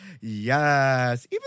Yes